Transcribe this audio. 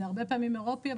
זה הרבה פעמים אירופי,